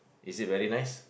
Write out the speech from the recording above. is it very nice